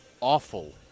awful